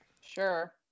Sure